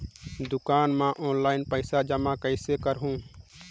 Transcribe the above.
दुकान म ऑनलाइन पइसा जमा कइसे करहु?